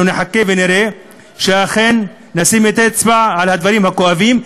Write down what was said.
אנחנו נחכה ונראה שאכן נשים את האצבע על הדברים הכואבים,